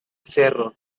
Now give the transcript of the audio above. cerro